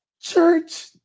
church